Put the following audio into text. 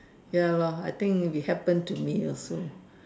ya lor I think it happened to me also